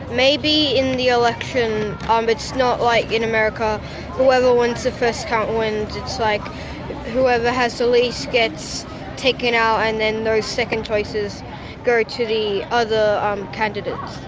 maybe in the election um it's not like in america where whoever wins the first count wins, it's like whoever has the least gets taken out and then those second choices go to the other um candidates.